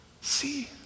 see